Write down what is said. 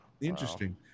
Interesting